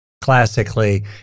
Classically